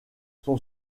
son